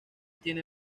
tiene